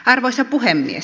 arvoisa puhemies